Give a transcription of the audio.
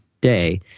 day